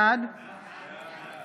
בעד